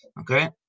okay